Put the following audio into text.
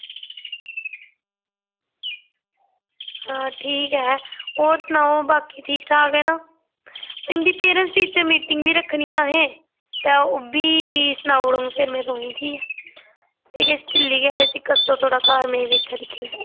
आं ठीक ऐ होर सनाओ बाकी ठीक ठाक ऐ ना इंदी पेरेंटस मिटिंग बी रक्खनी आं असें ते ओह्बी सनाई ओडङ में तुसें गी ठीक ऐ एह् ढिल्ली गै ते कस्सो इसगी घर में इत्थें बी